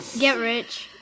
get rich!